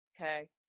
okay